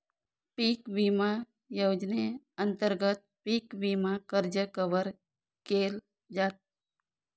पिक विमा योजनेअंतर्गत पिक विमा कर्ज कव्हर केल जात